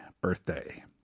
birthday